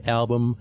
album